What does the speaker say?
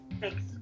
Thanks